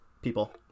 people